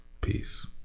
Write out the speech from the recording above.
peace